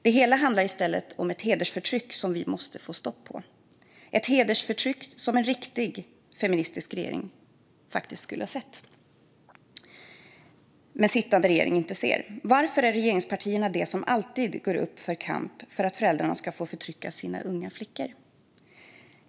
Det hela handlar i stället om ett hedersförtryck som vi måste få stopp på, ett hedersförtryck som en riktig feministisk regering skulle ha sett men som sittande regering inte ser. Varför är regeringspartierna alltid de som går upp till kamp för att föräldrarna ska få förtycka sina unga flickor?